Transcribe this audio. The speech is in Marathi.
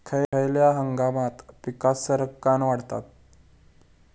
खयल्या हंगामात पीका सरक्कान वाढतत?